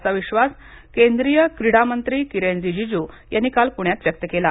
असा विश्वास केंद्रीय क्रीडा मंत्री किरेन रीजीजू यांनी काल पूण्यात व्यक्त केला